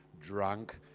drunk